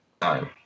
time